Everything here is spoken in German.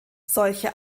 solche